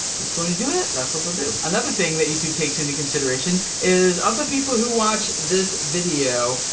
it's going to do it, that's what they'll do. another thing that youtube takes into consideration is of the people who watch this video,